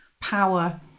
power